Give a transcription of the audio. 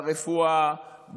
ברפואה,